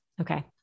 Okay